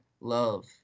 love